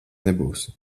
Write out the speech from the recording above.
nebūsi